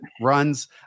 runs